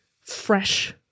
fresh